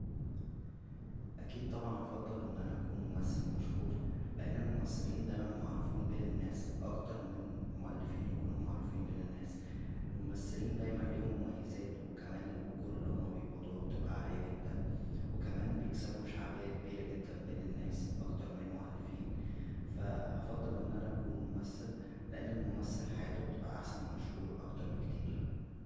اكيد طبعا هفضل ان انا اكون ممثل مشهور لان الممثلين دايما معروفين بين الناس اكتر من المؤلفين يكونو معروفين بين الناس الممثلين دايما ليهم مميزات وكمان الاجور اللى هم بيقبضوها بتبقى عاليه جدا و كمان بيكسبو شعبيه كبيره جدا بين الناس اكتر من المؤلفين فا هفضل ان انا اكون ممثل لان الممثل حياته بتبقى احسن و مشهور اكتر بكتير